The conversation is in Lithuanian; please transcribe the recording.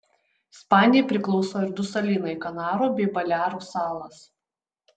ispanijai priklauso ir du salynai kanarų bei balearų salos